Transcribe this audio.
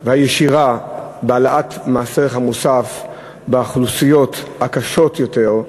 והישירה של העלאת מס ערך מוסף באוכלוסיות הקשות יותר,